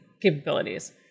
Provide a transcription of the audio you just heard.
capabilities